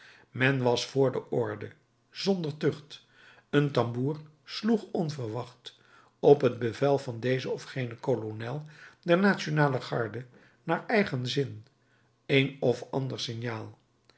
men was vr de orde zonder tucht een tamboer sloeg onverwacht op het bevel van dezen of genen kolonel der nationale garde naar eigen zin een of ander signaal